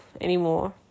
anymore